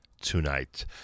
tonight